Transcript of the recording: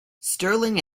sterling